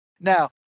Now